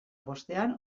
bostean